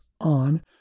on